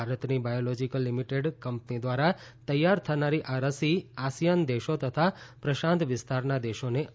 ભારતની biological limited company ધ્વારા તૈયાર થનારી આ રસી આસીયાન દેશો તથા પ્રશાંત વિસ્તારના દેશોને અપાશે